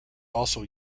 also